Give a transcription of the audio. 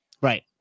Right